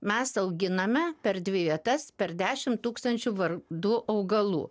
mes auginame per dvi vietas per dešimt tūkstančių vardų augalų